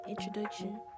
introduction